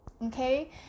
Okay